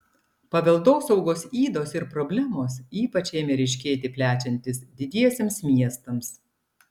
paveldosaugos ydos ir problemos ypač ėmė ryškėti plečiantis didiesiems miestams